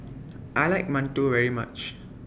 I like mantou very much